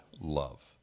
love